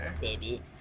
baby